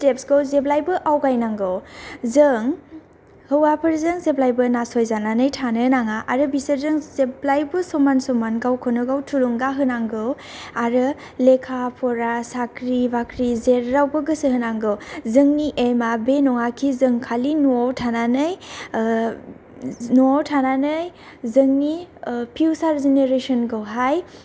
स्टेप्सखौ जेब्लायबो आवगायनांगौ जों हौवाफोरजों जेब्लायबो नासयजानानै थानो नाङा आरो बिसोरजों जेब्लायबो समान समान गावखौनो गाव थुलुंगा होनांगौ आरो लेखा फरा साख्रि बाक्रि जेरावबो गोसो होनांगौ जोंनि एमा बे नङाखि जों खालि न'वाव थानानै न'वाव थानानै जोंनि फिउचार जेनेरेसनखौहाय